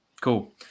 cool